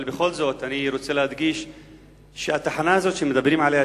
אבל בכל זאת אני רוצה להדגיש שהתחנה הזאת שמדברים עליה,